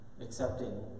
accepting